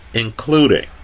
including